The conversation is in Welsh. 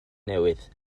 newydd